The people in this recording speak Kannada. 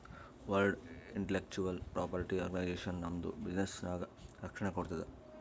ವರ್ಲ್ಡ್ ಇಂಟಲೆಕ್ಚುವಲ್ ಪ್ರಾಪರ್ಟಿ ಆರ್ಗನೈಜೇಷನ್ ನಮ್ದು ಬಿಸಿನ್ನೆಸ್ಗ ರಕ್ಷಣೆ ಕೋಡ್ತುದ್